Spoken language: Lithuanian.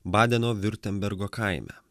badeno viurtembergo kaime